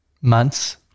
months